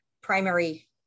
primary